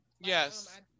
Yes